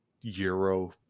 euro